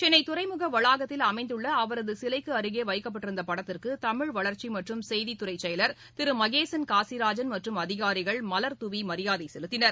சென்னைதுறைமுகவளாகத்தில் அமைந்துள்ளஅவரதுசிலைக்குஅருகேவைக்கப்பட்டிருந்தபடத்திற்குதமிழ் வளர்ச்சிமற்றும் செய்தித் துறைசெயலர் திருமகேசன் காசிராஜன் மற்றும் அதிகாரிகள் மலர்தாவிமரியாதைசெலுத்தினர்